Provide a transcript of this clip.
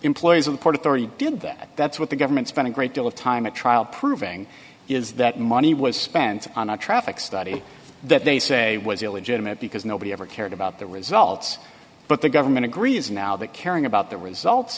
employees of the port authority did that that's what the government spent a great deal of time at trial proving is that money was spent on a traffic study that they say was illegitimate because nobody ever cared about the results but the government agrees now that caring about the result